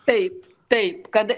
taip taip kad